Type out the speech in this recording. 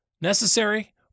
necessary